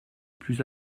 plus